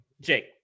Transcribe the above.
Jake